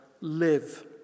live